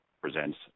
presents